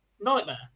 Nightmare